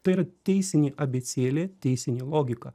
tai yra teisinė abėcėlė teisinė logika